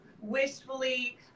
wistfully